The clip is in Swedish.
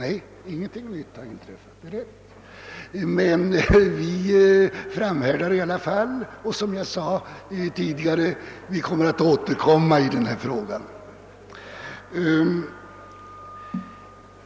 Nej, ingenting nytt har inträffat, men vi reservanter framhärdar i alla fall, och som jag sade tidigare: vi skall återkomma i denna fråga.